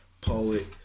Poet